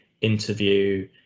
interview